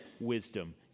wisdom